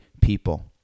people